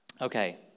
Okay